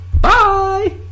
Bye